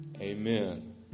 Amen